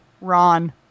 Ron